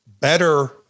better